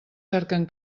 cerquen